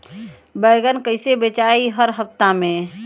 बैगन कईसे बेचाई हर हफ्ता में?